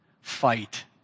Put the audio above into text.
fight